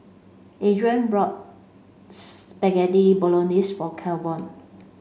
Adrain bought Bolognese for Kevon